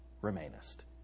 remainest